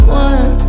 one